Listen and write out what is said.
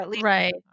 Right